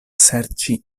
serĉi